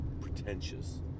pretentious